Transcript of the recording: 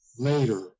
later